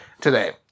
today